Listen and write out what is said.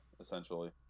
essentially